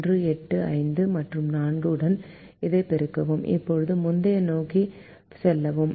1 8 5 மற்றும் 4 உடன் இதைப் பெருக்கவும் இப்போது முந்தையதை நோக்கிச் செல்லவும்